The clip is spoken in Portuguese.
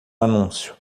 anúncio